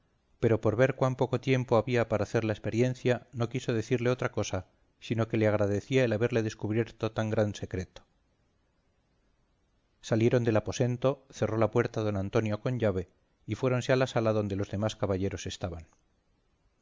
pero por ver cuán poco tiempo había para hacer la experiencia no quiso decirle otra cosa sino que le agradecía el haberle descubierto tan gran secreto salieron del aposento cerró la puerta don antonio con llave y fuéronse a la sala donde los demás caballeros estaban